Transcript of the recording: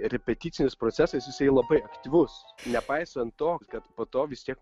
repeticinis procesas jisai labai aktyvus nepaisant to kad po to vis tiek